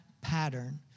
pattern